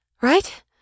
right